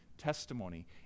testimony